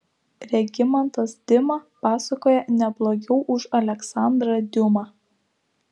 regimantas dima pasakoja ne blogiau už aleksandrą diuma